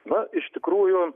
na iš tikrųjų